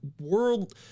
world